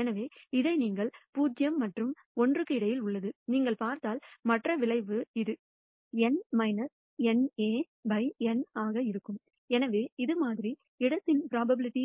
எனவே இதை நீங்கள் 0 மற்றும் 1 க்கு இடையில் உள்ளது நீங்கள் பார்த்தால் மற்ற விளைவு இது N NA by N ஆக இருக்கும் எனவே இது மாதிரி இடத்தின் ப்ரோபபிலிட்டி